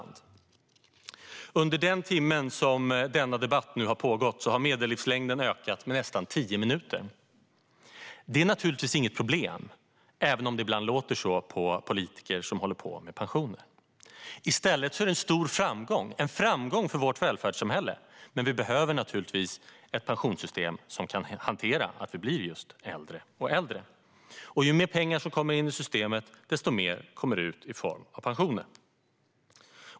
Under den timme som denna debatt nu pågått har medellivslängden ökat med nästan tio minuter. Detta är naturligtvis inte ett problem, även om det ibland låter så på politiker som håller på med pensioner. I stället är det en stor framgång för vårt välfärdssamhälle. Men vi behöver naturligtvis ett pensionssystem som kan hantera att vi blir allt äldre. Ju mer pengar som kommer in i systemet, desto mer kommer ut i form av pensioner.